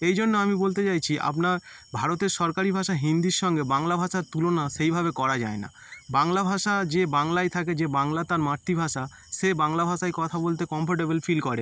এই জন্য আমি বলতে চাইছি আপনার ভারতের সরকারি ভাষা হিন্দির সঙ্গে বাংলা ভাষার তুলনা সেইভাবে করা যায় না বাংলা ভাষা যে বাংলায় থাকে যে বাংলা তার মাতৃভাষা সে বাংলা ভাষায় কথা বলতে কম্ফোর্টেবেল ফিল করে